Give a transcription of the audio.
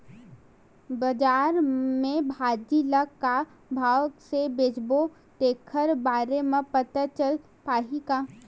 बजार में भाजी ल का भाव से बेचबो तेखर बारे में पता चल पाही का?